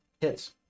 Hits